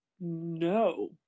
No